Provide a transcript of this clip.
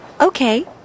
Okay